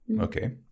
Okay